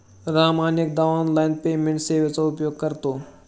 राम अनेकदा online payment सेवेचा उपयोग करतो